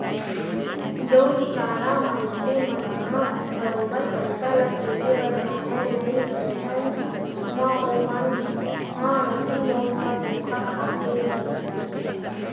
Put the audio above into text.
जउन बिचारा मनखे मन ह बरोबर पइसा ल चिनहे बर जानय नइ अइसन म ओमन ह नकली नोट म धोखा खाथे ही